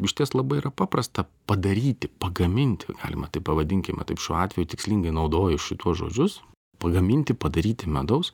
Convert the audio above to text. išties labai yra paprasta padaryti pagaminti galima taip pavadinkime taip šiuo atveju tikslingai naudoju šituos žodžius pagaminti padaryti medaus